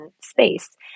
space